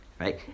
Right